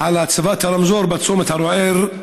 על הצבת הרמזור בצומת ערוער,